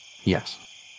Yes